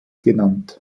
genannt